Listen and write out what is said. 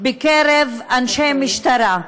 בקרב אנשי משטרה,